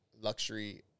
luxury